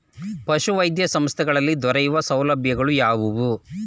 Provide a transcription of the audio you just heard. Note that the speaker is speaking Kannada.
ಪಶುವೈದ್ಯ ಸಂಸ್ಥೆಗಳಲ್ಲಿ ದೊರೆಯುವ ಸೌಲಭ್ಯಗಳು ಯಾವುವು?